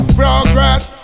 progress